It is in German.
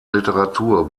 literatur